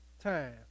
time